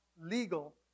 legal